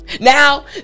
Now